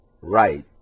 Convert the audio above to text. Right